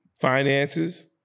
finances